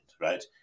right